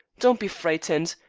don't be frightened.